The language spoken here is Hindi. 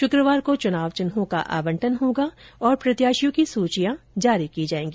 शुक्रवार को चुनाव चिन्हों का आवंटन होगा और प्रत्याशियों की सूचियां जारी की जायेंगी